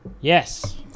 Yes